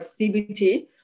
CBT